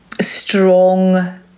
strong